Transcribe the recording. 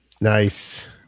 Nice